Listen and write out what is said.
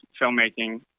filmmaking